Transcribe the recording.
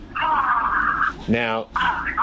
Now